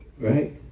right